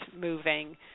moving